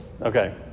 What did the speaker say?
Okay